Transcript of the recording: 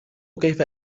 كيف